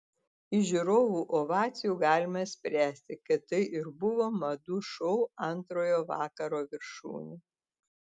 iš žiūrovų ovacijų galima spręsti kad tai ir buvo madų šou antrojo vakaro viršūnė